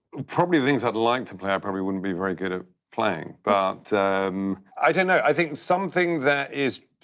probably things i'd like to play i probably wouldn't be very good at playing, but um i don't know, i think something that is,